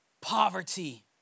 poverty